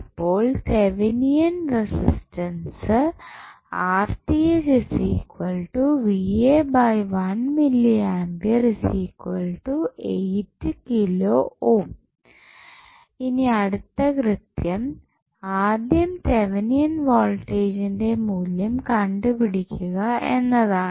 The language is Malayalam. അപ്പോൾ തെവിനിയൻ റെസിസ്റ്റൻസ് ഇനി അടുത്ത കൃത്യം ആദ്യം തെവനിയൻ വോൾട്ടേജിൻറെ മൂല്യം കണ്ടുപിടിക്കുക എന്നതാണ്